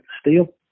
steel